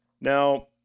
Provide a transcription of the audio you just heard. Now